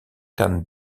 kan